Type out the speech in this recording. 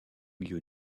milieu